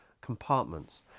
compartments